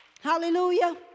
Hallelujah